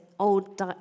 Old